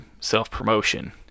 self-promotion